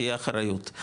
תהיה אחריות,